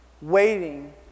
waiting